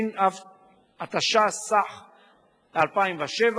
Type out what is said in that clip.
התשס"ח 2007,